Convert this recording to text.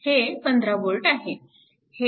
हे 15V आहे